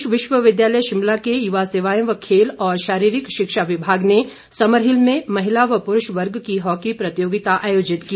प्रदेश विश्वविद्यालय शिमला के युवा सेवाएं व खेल और शारीरिक शिक्षा विभाग ने समरहिल में महिला व पुरूष वर्ग की हॉकी प्रतियोगिता आयोजित की